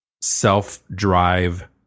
self-drive